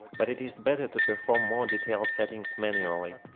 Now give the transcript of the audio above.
but it is better to perform more detailed settings manually.